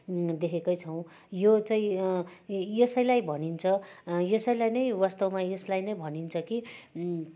देखेकै छौँ यो चाहिँ यसैलाई भनिन्छ यसैलाई नै वास्तवमा यसलाई नै भनिन्छ कि